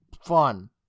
fun